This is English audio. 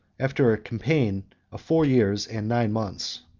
after a campaign of four years and nine months.